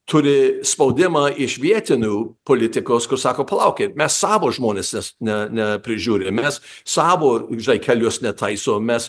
turi spaudimą iš vietinių politikos kur sako palaukit mes savo žmones nes ne ne prižiūrim mes savo žai nelius netaisom mes